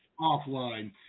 offline